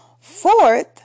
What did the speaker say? Fourth